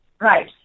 right